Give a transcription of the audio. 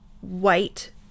white